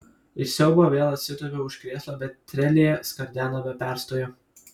iš siaubo vėl atsitūpiau už krėslo bet trelė skardeno be perstojo